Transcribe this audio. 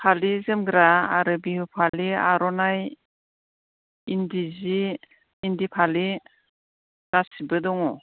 फालि जोमग्रा आरो बिहु फालि आर'नाइ इन्दि जि इन्दि फालि गासिबो दङ